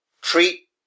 Treat